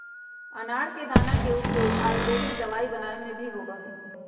अनार के दाना के उपयोग आयुर्वेदिक दवाई बनावे में भी होबा हई